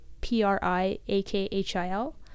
P-R-I-A-K-H-I-L